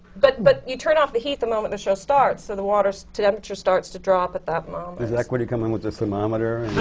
but but you turn off the heat the moment the show starts, so the water temperature starts to drop at that moment. does equity come in with a thermometer?